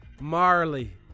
Marley